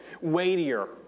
weightier